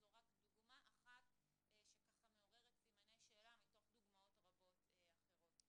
זו רק דוגמה אחת שמעוררת סימני שאלה מתוך דוגמאות רבות אחרות.